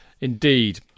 Indeed